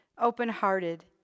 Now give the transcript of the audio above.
open-hearted